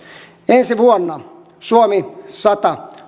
ensi vuonna tulisi olla suomi sata